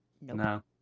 No